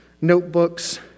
notebooks